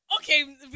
Okay